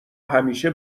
همیشه